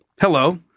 Hello